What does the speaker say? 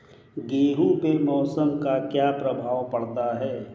गेहूँ पे मौसम का क्या प्रभाव पड़ता है?